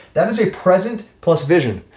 that is a present plus vision,